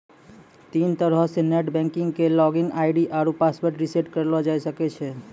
तीन तरहो से नेट बैंकिग के लागिन आई.डी आरु पासवर्ड रिसेट करलो जाय सकै छै